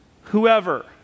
Whoever